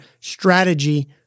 strategy